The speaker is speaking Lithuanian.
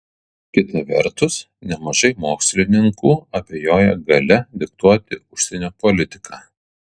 kita vertus nemažai mokslininkų abejoja galia diktuoti užsienio politiką